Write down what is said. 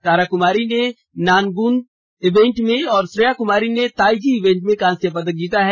तारा कुमारी ने nanquan event में और श्रेया कुमारी ने ताइजी इवेंट में कांस्य पदक जीता है